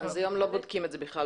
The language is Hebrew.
אז היום לא בודקים את זה בכלל,